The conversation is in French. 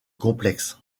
complexe